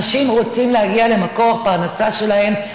אנשים רוצים להגיע למקור פרנסה שלהם,